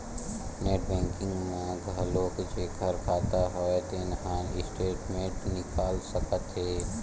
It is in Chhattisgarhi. नेट बैंकिंग म घलोक जेखर खाता हव तेन ह स्टेटमेंट निकाल सकत हे